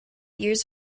years